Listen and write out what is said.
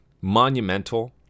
monumental